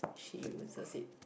she uses it